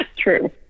true